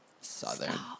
Southern